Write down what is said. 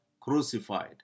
crucified